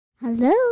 Hello